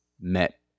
met